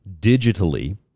digitally